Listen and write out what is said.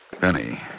Penny